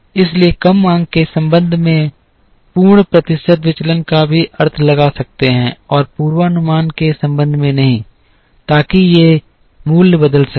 इसलिए हम मांग के संबंध में पूर्ण प्रतिशत विचलन का भी अर्थ लगा सकते हैं और पूर्वानुमान के संबंध में नहीं ताकि ये मूल्य बदल सकें